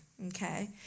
Okay